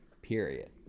Period